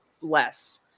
less